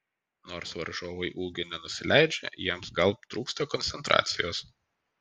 nors varžovai ūgiu nenusileidžia jiems gal trūksta koncentracijos